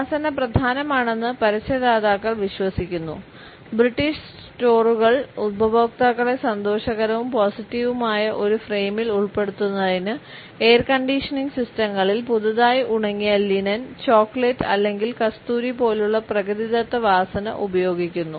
വാസന പ്രധാനമാണെന്ന് പരസ്യദാതാക്കൾ വിശ്വസിക്കുന്നു ബ്രിട്ടീഷ് സ്റ്റോറുകൾ ഉപഭോക്താക്കളെ സന്തോഷകരവും പോസിറ്റീവുമായ ഒരു ഫ്രെയിമിൽ ഉൾപ്പെടുത്തുന്നതിന് എയർ കണ്ടീഷനിംഗ് സിസ്റ്റങ്ങളിൽ പുതുതായി ഉണങ്ങിയ ലിനൻ ചോക്ലേറ്റ് അല്ലെങ്കിൽ കസ്തൂരി പോലുള്ള പ്രകൃതിദത്ത വാസന ഉപയോഗിക്കുന്നു